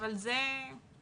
אבל זה הליבה.